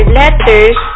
letters